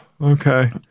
okay